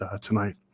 tonight